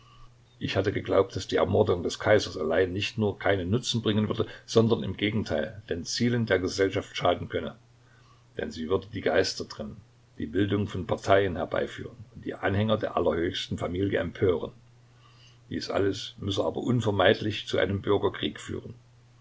ich hatte geglaubt daß die ermordung des kaisers allein nicht nur keinen nutzen bringen würde sondern im gegenteil den zielen der gesellschaft schaden könne denn sie würde die geister trennen die bildung von parteien herbeiführen und die anhänger der allerhöchsten familie empören dies alles müsse aber unvermeidlich zu einem bürgerkrieg führen